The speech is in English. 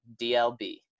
DLB